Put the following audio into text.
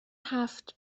هفت